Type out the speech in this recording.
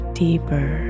deeper